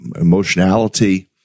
emotionality